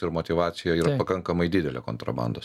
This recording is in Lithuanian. ir motyvacija yra pakankamai didelė kontrabandos